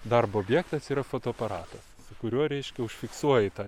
darbo objektas yra fotoaparatas su kuriuo reiškiai užfiksuoji tą